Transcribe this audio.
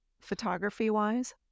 photography-wise